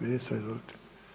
Ministre izvolite.